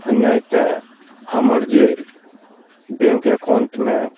नहि तऽ हमर जे बैंकके एकाउन्टमे